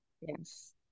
Yes